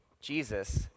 jesus